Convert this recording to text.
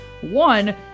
one